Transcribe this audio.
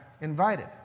invited